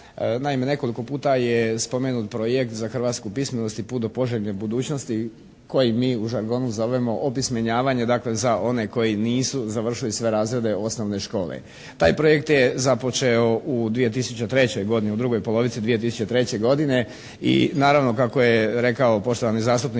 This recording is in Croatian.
Naime nekoliko puta je spomenut projekt za hrvatsku pismenost i put do poželjne budućnosti koji mi u žargonu zovemo opismenjavanje dakle za one koji nisu završili sve razrede osnovne škole. Taj projekt je započeo u 2003. godini, u drugoj polovici 2003. godine i naravno kako je rekao poštovani zastupnik